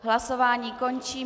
Hlasování končím.